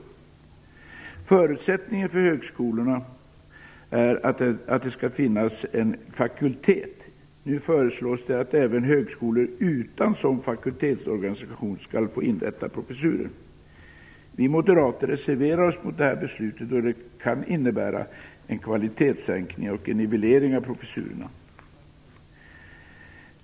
En förutsättning för högskolorna är att det finns en fakultet. Nu föreslås att även högskolor utan sådan fakultetsorganisation skall få inrätta professurer. Vi moderater reserverar oss mot det beslutet, eftersom det kan innebära en kvalitetssänkning och en nivellering av professurerna.